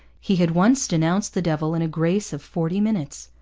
he had once denounced the devil in a grace of forty minutes.